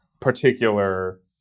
particular